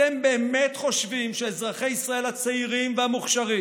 אתם באמת חושבים שאזרחי ישראל הצעירים והמוכשרים